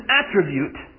attribute